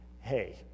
hey